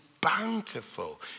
bountiful